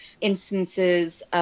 instances